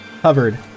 Covered